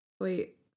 Wait